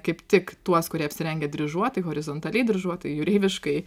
kaip tik tuos kurie apsirengę dryžuotai horizontaliai dryžuotai jūreiviškai